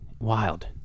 Wild